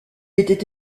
était